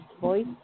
voice